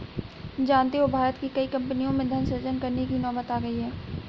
जानते हो भारत की कई कम्पनियों में धन सृजन करने की नौबत आ गई है